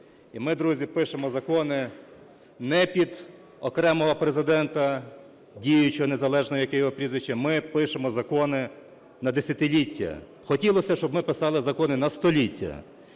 І ми, друзі, пишемо закони не під окремого Президента діючого, незалежно яке його прізвище, ми пишемо закони на десятиліття. Хотілося б, щоб ми писали закони на століття.